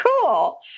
cool